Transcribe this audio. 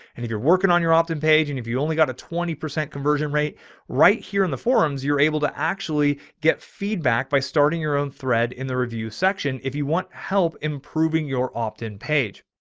and if you're working on your opt in page, and if you only got a twenty percent conversion rate right here in the forums, you're able to actually get feedback by starting your own thread in the review section. if you want help improving your opt in page.